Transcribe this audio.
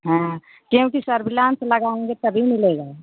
हाँ क्योंकि सर्विलान्स लगाऊँगी तभी मिलेगा